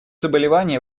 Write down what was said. заболеваний